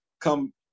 come